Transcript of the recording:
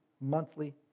monthly